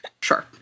Sure